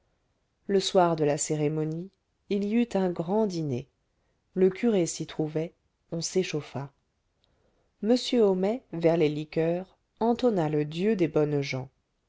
le soir de la cérémonie il y eut un grand dîner le curé s'y trouvait on s'échauffa m homais vers les liqueurs entonna le dieu des bonnes gens